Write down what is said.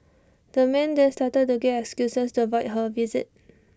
the man then started to give excuses to avoid her visit